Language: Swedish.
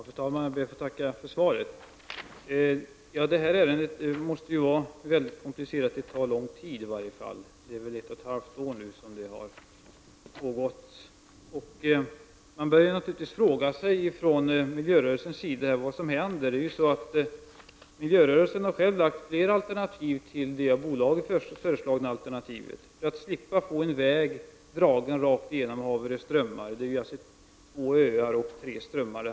Fru talman! Jag ber att få tacka för svaret. Detta ärende måste vara mycket komplicerat. Behandlingen av det har åtminstone tagit lång tid. Hittills har denna behandling pågått under ett och ett halvt år. Man börjar naturligtvis fråga sig från miljörörelsens sida vad som händer. Miljörörelsen har själv lagt fram flera alternativ till det av bolaget föreslagna alternativet för att slippa få en väg dragen rakt genom Haverö strömmar. Det handlar om två öar och tre strömmar.